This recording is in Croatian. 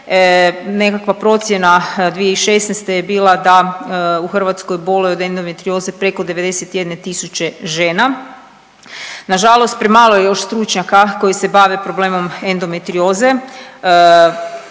Nekakva procjena 2016. je bila da u Hrvatskoj boluje od endometrioze preko 91 tisuće žena. Nažalost premalo je još stručnjaka koji se bave problemom endometrioze.